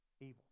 evil